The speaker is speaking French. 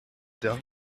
dain